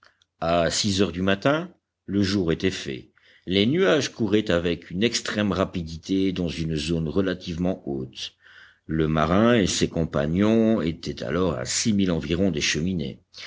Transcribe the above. à six heures du matin le jour était fait les nuages couraient avec une extrême rapidité dans une zone relativement haute le marin et ses compagnons étaient alors à six milles environ des cheminées